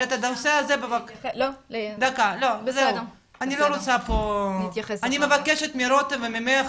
אני מבקשת מרותם וממך